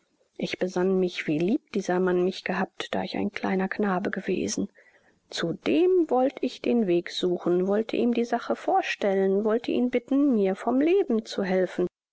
ich besann mich wie lieb dieser mann mich gehabt da ich ein kleiner knabe gewesen zu dem wollt ich den weg suchen wollte ihm die sache vorstellen wollte ihn bitten mir vom leben zu helfen